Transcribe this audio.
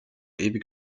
ewig